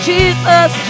Jesus